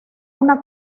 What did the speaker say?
una